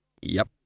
Yep